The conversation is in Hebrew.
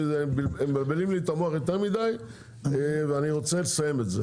כי מבלבלים לי את המוח יותר מידי ואני רוצה לסיים את זה.